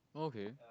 okay